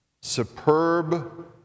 superb